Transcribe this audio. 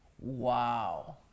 Wow